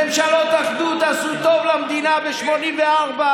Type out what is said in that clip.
ממשלות אחדות עשו טוב למדינה ב-1984,